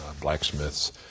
blacksmiths